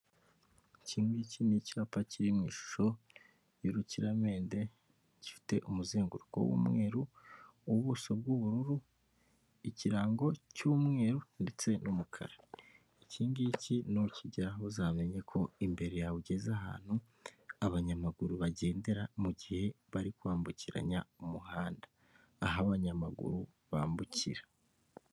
Ikingiki ni icyapa kiri mu ishusho y'urukiramende gifite umuzenguruko w'umweru, ubuso bw'ubururu, ikirango cy'umweru ndetse n'umukara. Ikingiki nukigeraho uzamenya ko imbere yawe ugeze ahantu abanyamaguru bagendera mu mu gihe bari kwambukiranya umuhanda, aho abanyamaguru bambukira.